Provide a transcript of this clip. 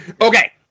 Okay